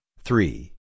three